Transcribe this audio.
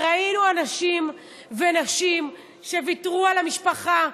ראינו אנשים ונשים שוויתרו על המשפחה,